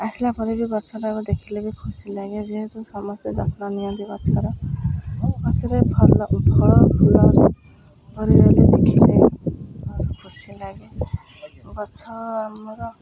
ଆସିଲା ପରେ ବି ଗଛଟାକୁ ଦେଖିଲେ ବି ଖୁସି ଲାଗେ ଯେହେତୁ ସମସ୍ତେ ଯତ୍ନ ନିଅନ୍ତି ଗଛର ଗଛରେ ଫଳ ଫୁଲରେ ଭରିଗଲେ ଦେଖିଲେ ବହୁତ ଖୁସି ଲାଗେ ଗଛ ଆମର